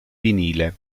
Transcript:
vinile